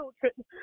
children